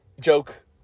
joke